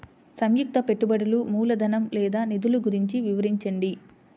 సంయుక్త పెట్టుబడులు మూలధనం లేదా నిధులు గురించి వివరించండి?